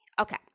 Okay